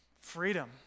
freedom